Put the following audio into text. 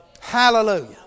Hallelujah